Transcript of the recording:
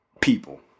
people